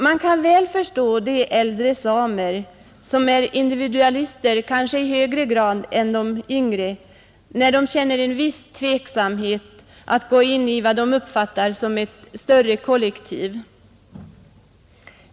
Man kan väl förstå de äldre samer som är individualister kanske i högre grad än de unga, när de känner en viss tveksamhet att gå in i vad de uppfattar som ett större kollektiv.